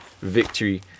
Victory